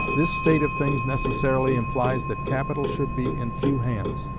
this state of things necessarily implies that capital should be in few hands,